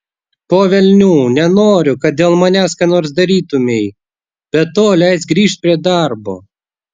po velnių nenoriu kad dėl manęs ką nors darytumei be to leisk grįžt prie darbo